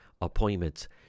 appointments